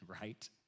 right